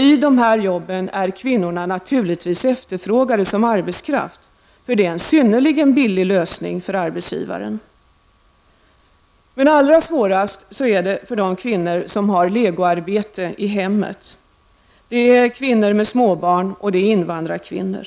I de här jobben är kvinnorna naturligtvis efterfrågade som arbetskraft för det är en synnerligen billig lösning för arbetsgivaren. Men allra svårast är det för de kvinnor som tar legoarbete i hemmet. Det är kvinnor med småbarn, och det är invandrarkvinnor.